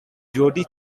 judy